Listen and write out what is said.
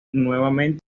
nuevamente